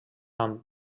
amb